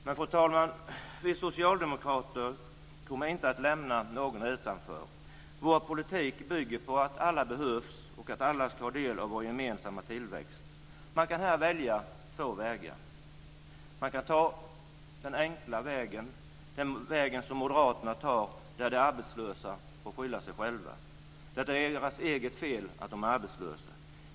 Men, fru talman, vi socialdemokrater kommer inte att lämna någon utanför. Vår politik bygger på att alla behövs och att alla ska ha del av vår gemensamma tillväxt. Man kan välja mellan två vägar. Man kan ta den enkla vägen, som moderaterna tar. Där får de arbetslösa skylla sig själva. Där är det deras eget fel att de är arbetslösa.